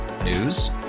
News